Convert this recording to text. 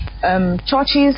churches